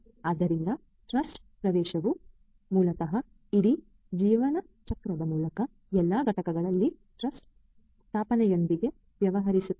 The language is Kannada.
ಆದ್ದರಿಂದ ಟ್ರಸ್ಟ್ ಪ್ರವೇಶವು ಮೂಲತಃ ಇಡೀ ಜೀವನಚಕ್ರದ ಮೂಲಕ ಎಲ್ಲಾ ಘಟಕಗಳಲ್ಲಿ ಟ್ರಸ್ಟ್ ಸ್ಥಾಪನೆಯೊಂದಿಗೆ ವ್ಯವಹರಿಸುತ್ತದೆ